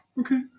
Okay